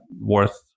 worth